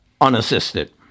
unassisted